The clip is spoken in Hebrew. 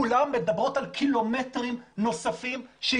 כולן מדברות על קילומטרים נוספים של חופים